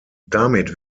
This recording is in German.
damit